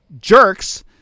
jerks